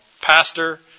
pastor